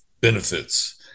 benefits